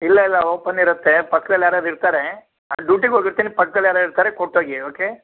ಇಲ್ಲ ಇಲ್ಲ ಓಪನ್ ಇರುತ್ತೆ ಪಕ್ದಲ್ಲಿ ಯಾರಾರು ಇರ್ತಾರೆ ನಾ ಡ್ಯೂಟಿಗೆ ಹೋಗಿರ್ತೀನಿ ಪಕ್ದಲ್ಲಿ ಯಾರಾರು ಇರ್ತಾರೆ ಕೊಟ್ಟೋಗಿ ಓಕೆ